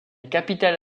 capitale